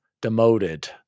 Demoted